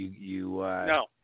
No